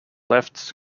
left